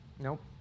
Nope